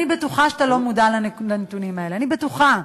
אני בטוחה שאתה לא מודע לנתונים האלה, אני בטוחה,